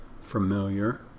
familiar